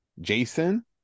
Jason